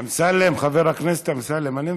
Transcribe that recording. אמסלם, חבר הכנסת אמסלם, אני מבקש.